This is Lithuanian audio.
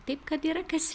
taip kad yra kas